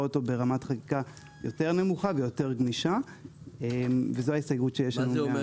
אותו ברמת חקיקה יותר נמוכה ויותר גמישה וזו ההסתייגות שיש לנו מהחוק.